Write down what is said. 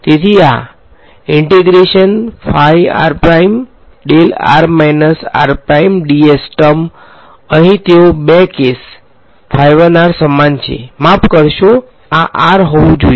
તેથી આ ટર્મ અહીં તેઓ બે કેસ સમાન છે માફ કરશો આ r હોવું જોઈએ